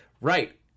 Right